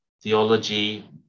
theology